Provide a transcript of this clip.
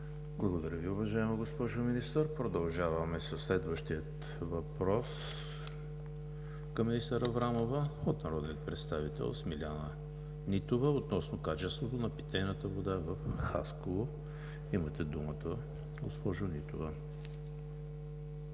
Благодаря Ви, уважаема госпожо Министър. Продължаваме със следващия въпрос към министър Аврамова от народния представител Смиляна Нитова относно качеството на питейната вода в Хасково. Имате думата, госпожо Нитова.